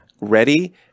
ready